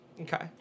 Okay